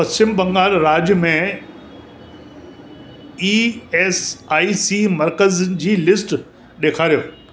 पश्चिम बंगाल राज्य में E S I C मर्कज़नि जी लिस्ट ॾेखारियो